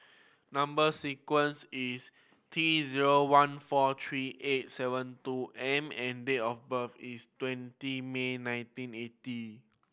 number sequence is T zero one four three eight seven two M and date of birth is twenty May nineteen eighty